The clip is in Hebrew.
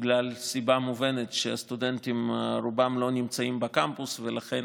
בגלל הסיבה המובנת שהסטודנטים רובם לא נמצאים בקמפוס ולכן